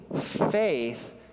faith